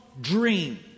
dream